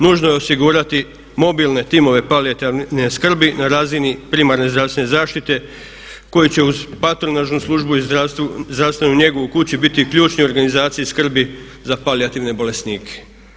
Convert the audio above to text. Nužno je osigurati mobilne timove palijativne skrbi na razini primarne zdravstvene zaštite koju će uz patronažnu službu i zdravstvenu njegu u kući biti ključni u organizaciji skrbi za palijativne bolesnike.